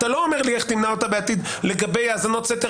אתה לא אומר לי איך תמנע אותה בעתיד לגבי האזנות סתר